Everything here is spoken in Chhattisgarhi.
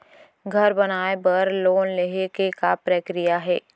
घर बनाये बर लोन लेहे के का प्रक्रिया हे?